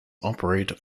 operate